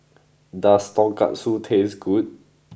does Tonkatsu taste good